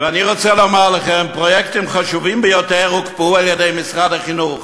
אני רוצה לומר לכם: פרויקטים חשובים ביותר הוקפאו על-ידי משרד החינוך,